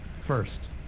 First